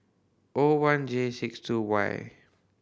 O one J six two Y